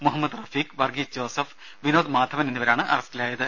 മുഹമ്മദ് റഫീഖ് വർഗീസ് ജോസഫ് വിനോദ് മാധവൻ എന്നിവരാണ് അറസ്റ്റിലായത്